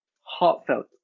Heartfelt